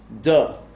duh